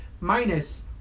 minus